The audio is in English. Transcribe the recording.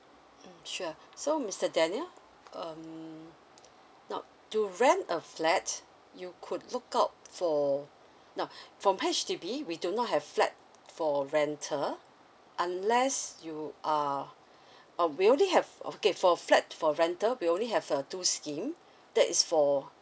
mm sure so mister daniel um not to rent a flat you could look out for no from H_D_B we do not have flat for rental unless you are uh we only have okay for flat for rental we only have uh two scheme that is for